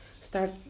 start